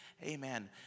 Amen